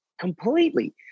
Completely